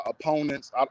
opponents